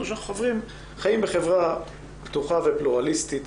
או שאנחנו חיים בחברה פתוחה ופלורליסטית